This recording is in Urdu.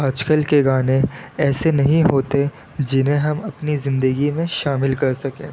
آج کل کے گانے ایسے نہیں ہوتے جنہیں ہم اپنی زندگی میں شامل کر سکیں